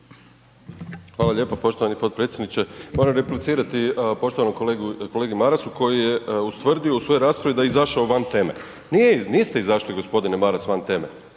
Hvala lijepo poštovani potpredsjedniče. Moram replicirati poštovanom kolegi Marasu koji je ustvrdio u svojoj raspravi da je izašao van teme. Niste izašli g. Maras van teme.